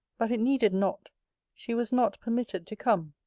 but it needed not she was not permitted to come.